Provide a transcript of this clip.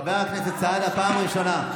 חבר הכנסת סעדה, פעם ראשונה.